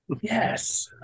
Yes